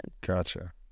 gotcha